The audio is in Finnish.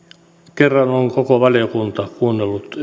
kerran on koko valiokunta kuunnellut